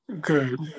Good